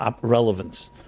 relevance